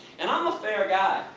and i'm a fair guy.